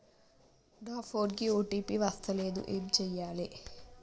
నా ఫోన్ కి ఓ.టీ.పి వస్తలేదు ఏం చేయాలే?